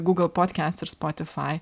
google podcasts ir spotify